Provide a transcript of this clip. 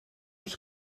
els